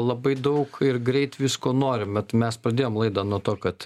labai daug ir greit visko norim vat mes pradėjom laidą nuo to kad